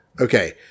Okay